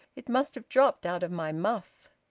it must have dropped out of my muff.